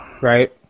Right